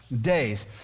days